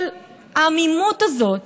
אבל העמימות הזאת,